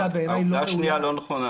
העובדה השנייה לא נכונה.